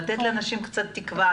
לתת לאנשים קצת תקווה,